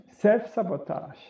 self-sabotage